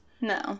No